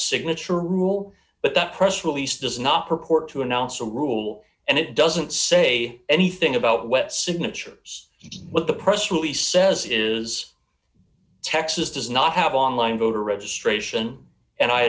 signature rule but that press release does not purport to announce a rule and it doesn't say anything about web signatures what the press release says is texas does not have online voter registration and i